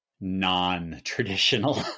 non-traditional